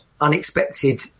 unexpected